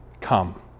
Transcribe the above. come